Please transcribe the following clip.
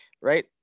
right